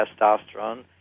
testosterone